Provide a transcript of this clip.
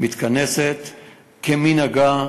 כמנהגה,